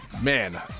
man